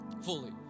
fully